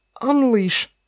unleash